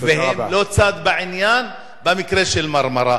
והם לא צד בעניין במקרה של "מרמרה".